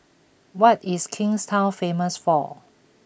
what is Kingstown famous for